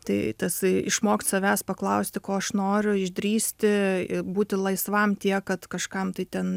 tai tas išmokt savęs paklausti ko aš noriu išdrįsti būti laisvam tiek kad kažkam tai ten